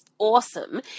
awesome